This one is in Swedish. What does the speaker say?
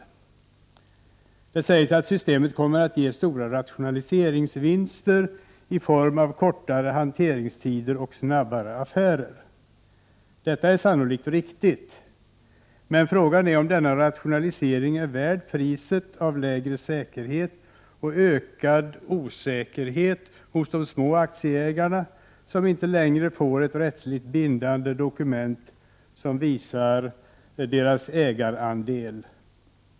Det sägs att systemet kommer att ge stora rationaliseringsvinster i form av ortare hanteringstider och snabbare affärer. Detta är sannolikt riktigt, men ågan är om denna rationalisering är värd priset av lägre säkerhet och ökad psäkerhet hos de små aktieägarna, som inte längre får ett rättsligt bindande dokument vilket visar deras ägarandel.